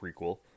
prequel